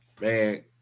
man